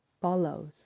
follows